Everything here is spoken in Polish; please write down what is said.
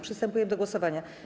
Przystępujemy do głosowania.